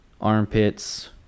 armpits